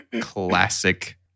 Classic